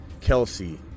Kelsey